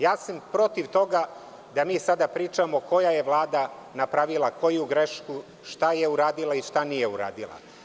Ja sam protiv toga da mi sada pričamo koja je vlada napravila koju grešku, šta je uradila i šta nije uradila.